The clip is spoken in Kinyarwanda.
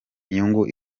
inyungu